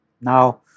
Now